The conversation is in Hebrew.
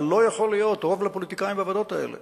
אבל לא יכול להיות רוב לפוליטיקאים בוועדות האלה.